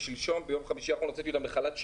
שלשום הוצאתי כבר לחל"ת שני.